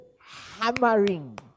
hammering